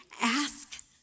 ask